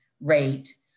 rate